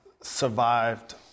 survived